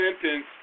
sentence